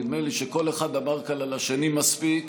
נדמה לי שכל אחד אמר כאן על השני מספיק.